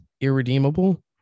irredeemable